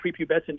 prepubescent